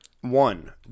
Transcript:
One